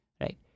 right